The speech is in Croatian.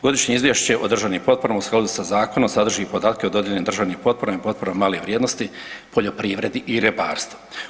Godišnje izvješće o državnim potporama u skladu sa Zakonom sadrži podatke o dodijeljenim državnim potporama i potporama male vrijednosti poljoprivredi i ribarstvu.